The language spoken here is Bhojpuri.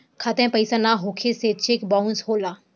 खाता में पइसा ना होखे से चेक बाउंसो होला